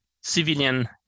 civilian